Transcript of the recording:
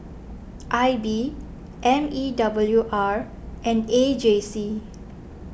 I B M E W R and A J C